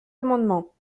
amendement